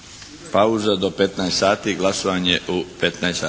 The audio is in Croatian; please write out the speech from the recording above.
pauza do 15 sati. Glasovanje je u 15 sati.